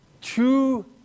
Two